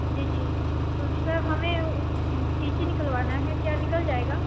जी जी तो सर हमें टी सी निकलवाना है क्या निकल जाएगा